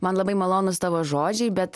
man labai malonūs tavo žodžiai bet